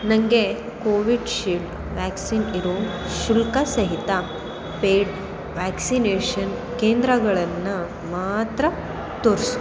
ನನಗೆ Covishield vaccine ಇರೋ ಶುಲ್ಕ ಸಹಿತ ಪೈಡ್ ವ್ಯಾಕ್ಸಿನೇಷನ್ ಕೇಂದ್ರಗಳನ್ನ ಮಾತ್ರ ತೋರಿಸು